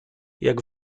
jak